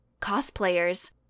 cosplayers